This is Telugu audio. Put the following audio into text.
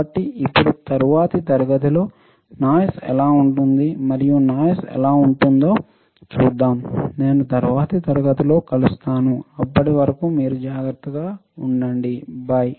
కాబట్టి ఇప్పుడు తరువాతి తరగతిలో నాయిస్ ఎలా ఉంది మరియు నాయిస్ ఎలా ఉంటుందో చూద్దాం నేను తరువాతి తరగతిలో కలుస్తాను అప్పటి వరకు మీరు జాగ్రత్తగా ఉండండి బై